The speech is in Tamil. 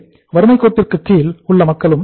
வறுமைக்கோட்டிற்கு கீழ் உள்ள மக்களுக்கும் இல்லை